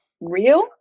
real